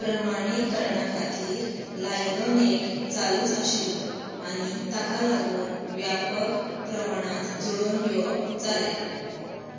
प्रमाणीकरणा खातीर लायिल्लो नेट चालूच आशिल्लो आनी ताका लागून व्यापक प्रमाणांत जुळोवन घेवप जालें